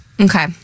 Okay